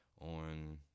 on